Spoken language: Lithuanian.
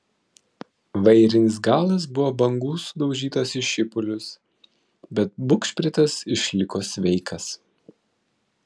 vairinis galas buvo bangų sudaužytas į šipulius bet bugšpritas išliko sveikas